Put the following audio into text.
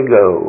go